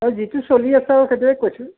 হয় যিটো চলি আছে আৰু সেইটোৱে কৈছো